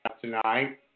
tonight